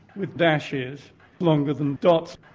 with dashes longer than dots,